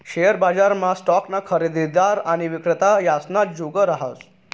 share बजारमा स्टॉकना खरेदीदार आणि विक्रेता यासना जुग रहास